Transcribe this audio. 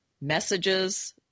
messages